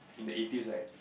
in the eighties like